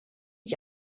ich